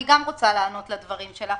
גם אני רוצה לענות לדברים שלך,